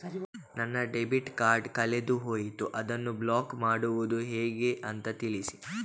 ನನ್ನ debit card ಕಳೆದು ಹೋಗಿದೆ, ಅದನ್ನು ಬ್ಲಾಕ್ ಮಾಡುವುದು ಹೇಗೆ ಅಂತ ತಿಳಿಸಿ?